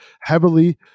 heavily